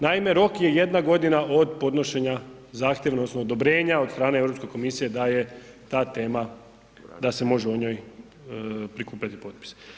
Naime, rok je jedna godina od podnošenja zahtjeva odnosno odobrenja od strane Europske komisije da je ta tema, da se može o njoj prikupljati potpisi.